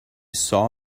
saw